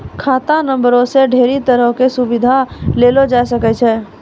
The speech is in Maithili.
खाता नंबरो से ढेरी तरहो के सुविधा लेलो जाय सकै छै